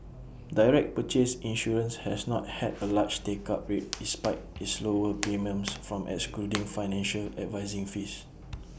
direct purchase insurance has not had A large take up rate despite its lower premiums from excluding financial advising fees